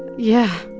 yeah.